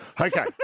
Okay